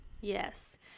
Yes